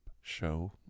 show